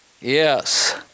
Yes